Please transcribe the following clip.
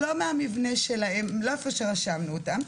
ולא מהמבנה שלהם אליו רשמנו אותם,